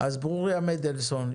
רשות הדיבור לברוריה מנדלסון,